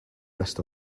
rest